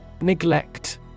Neglect